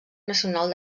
nacional